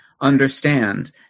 understand